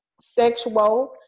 sexual